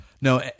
No